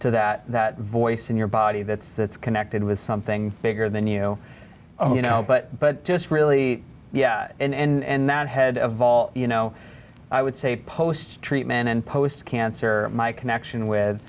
to that that voice in your body that's that's connected with something bigger than you you know but but just really yeah and that head of all you know i would say post treatment and post cancer my connection with